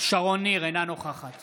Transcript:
שרון ניר, אינה נוכחת